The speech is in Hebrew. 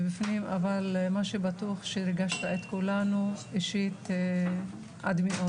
אבל בטוח שהוא ריגש את כולנו עד מאוד.